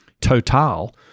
Total